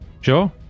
Sure